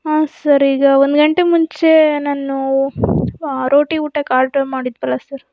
ಹಾಂ ಸರ್ ಈಗ ಒಂದು ಗಂಟೆ ಮುಂಚೆ ನಾನು ರೋಟಿ ಊಟಕ್ಕೆ ಆರ್ಡರ್ ಮಾಡಿದ್ವಲ್ಲಾ ಸರ್